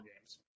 games